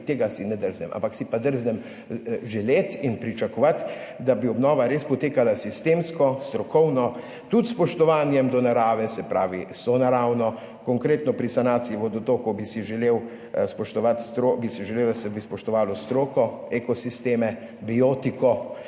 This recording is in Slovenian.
tega si ne drznem. Ampak si pa drznem želeti in pričakovati, da bi obnova res potekala sistemsko, strokovno, tudi s spoštovanjem do narave, se pravi sonaravno. Konkretno, pri sanaciji vodotokov bi si želel, da se bi spoštovalo stroko, ekosisteme, biotiko.